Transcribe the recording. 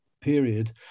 period